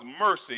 mercy